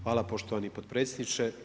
Hvala poštovani potpredsjedniče.